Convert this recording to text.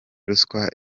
ruswa